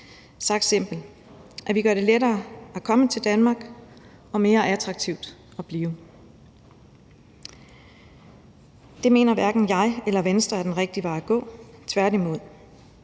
Sagt simpelt: at vi gør det lettere at komme til Danmark og mere attraktivt at blive. Det mener hverken jeg eller Venstre er den rigtige vej at gå, tværtimod.